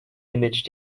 image